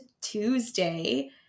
Tuesday